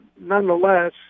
nonetheless